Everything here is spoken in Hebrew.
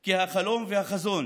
כי החלום והחזון